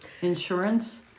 insurance